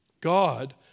God